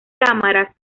cámaras